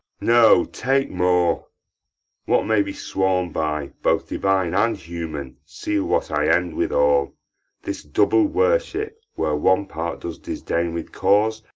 no, take more what may be sworn by, both divine and human, seal what i end withal this double worship where one part does disdain with cause,